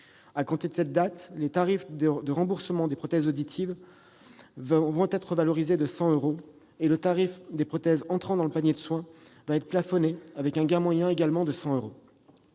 À compter de cette date, les tarifs de remboursement des prothèses auditives seront revalorisés de 100 euros et le tarif des prothèses entrant dans le panier de soins sera plafonné, avec un gain moyen de 100 euros